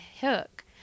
hook